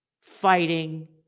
fighting